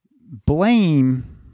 Blame